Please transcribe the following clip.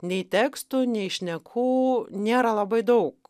nei tekstų nei šnekų nėra labai daug